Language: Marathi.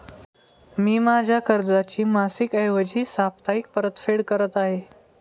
मी माझ्या कर्जाची मासिक ऐवजी साप्ताहिक परतफेड करत आहे